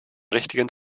richtigen